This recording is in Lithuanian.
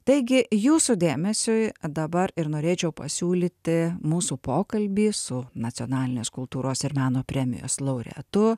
taigi jūsų dėmesiui dabar ir norėčiau pasiūlyti mūsų pokalbį su nacionalinės kultūros ir meno premijos laureatu